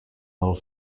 little